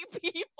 people